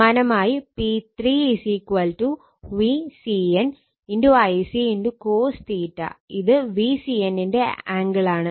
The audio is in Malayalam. സമാനമായി P3 VCN Ic cos ഇത് VCN ന്റെ ആംഗിൾ ആണ്